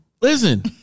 Listen